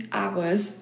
hours